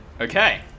Okay